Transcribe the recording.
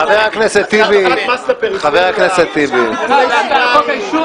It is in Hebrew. חבר הכנסת טיבי --- יש עוד דברים חשובים.